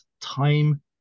time